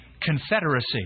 confederacy